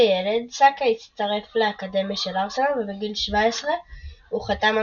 כילד סאקה הצטרף לאקדמיה של ארסנל ובגיל 17 הוא חתם על